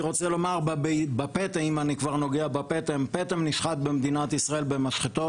פטם נשחט במדינת ישראל במשחטות.